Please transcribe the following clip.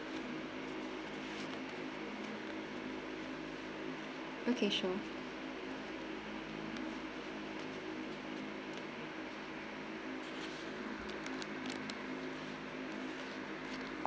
okay sure